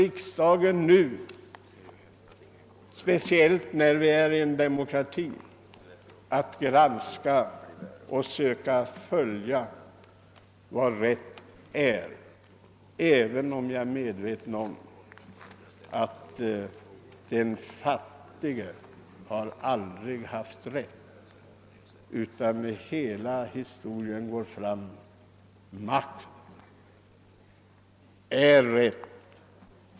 Riksdagen har, speciellt i en demokrati som vår, skyldighet att granska och följa upp rättsfrågor, även om jag är medveten om att den fattige aldrig haft någon rätt. Det framgår av historien att det är makt som är rätt.